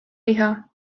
liha